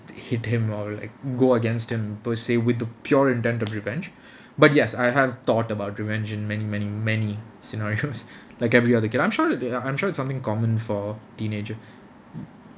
hit him or like go against him per se with the pure intent of revenge but yes I have thought about revenge in many many many scenarios like every other kid I'm sure that there are I'm sure it's common for teenager